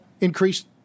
increased